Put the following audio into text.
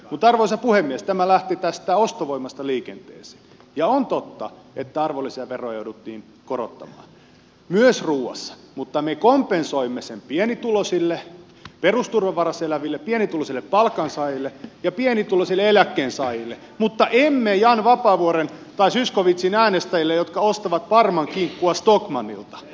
mutta arvoisa puhemies tämä lähti tästä ostovoimasta liikenteeseen ja on totta että arvonlisäveroa jouduttiin korottamaan myös ruoassa mutta me kompensoimme sen pienituloisille perusturvan varassa eläville pienituloisille palkansaajille ja pienituloisille eläkkeensaajille mutta emme jan vapaavuoren tai zyskowiczin äänestäjille jotka ostavat parmankinkkua stockmannilta